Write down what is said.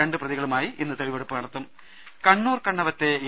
രണ്ട് പ്രതികളുമായി ഇന്ന് തെളിവെടുപ്പ് നടത്തും ്്്്്് കണ്ണൂർ കണ്ണവത്തെ എ